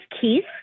Keith